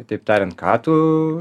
kitaip tariant ką tu